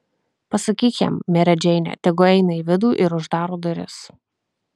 pasakyk jam mere džeine tegu eina į vidų ir uždaro duris